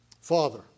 Father